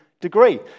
degree